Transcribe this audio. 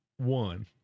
One